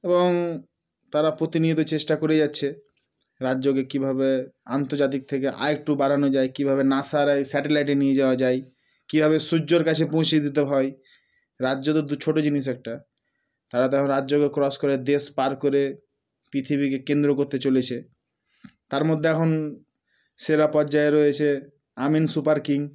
এবং তারা প্রতিনিয়ত চেষ্টা করেই যাচ্ছে রাজ্যকে কীভাবে আন্তর্জাতিক থেকে আর একটু বাড়ানো যায় কীভাবে নাসা আর এই স্যাটেলাইটে নিয়ে যাওয়া যায় কীভাবে সূর্যর কাছে পৌঁছিয়ে দিতে হয় রাজ্য তো দু ছোট জিনিস একটা তারা তো এখন রাজ্যকে ক্রস করে দেশ পার করে পৃথিবীকে কেন্দ্র করতে চলেছে তার মধ্যে এখন সেরা পর্যায়ে রয়েছে আমিন সুপার কিং